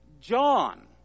John